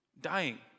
Dying